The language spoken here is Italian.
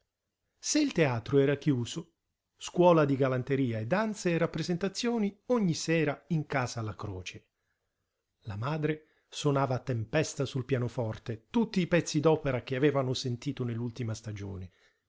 se il teatro era chiuso scuola di galanteria e danze e rappresentazioni ogni sera in casa la croce la madre sonava a tempesta sul pianoforte tutti i pezzi d'opera che avevano sentito nell'ultima stagione